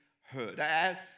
heard